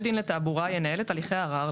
דין לתעבורה ינהל את הליכי הערר,